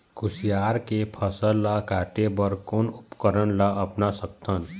कुसियार के फसल ला काटे बर कोन उपकरण ला अपना सकथन?